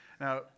Now